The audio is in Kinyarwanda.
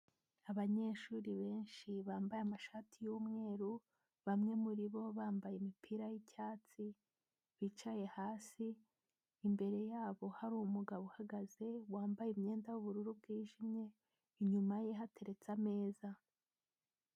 Abanyeshuri benshi bambaye amashati y'umweru bamwe muri bo bambaye imipira y'icyatsi, bicaye hasi, imbere yabo hari umugabo uhagaze wambaye imyenda y'ubururu bwijimye inyuma ye hateretse ameza.